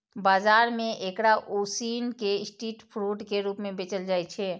बाजार मे एकरा उसिन कें स्ट्रीट फूड के रूप मे बेचल जाइ छै